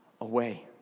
away